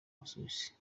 busuwisi